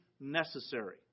necessary